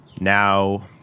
now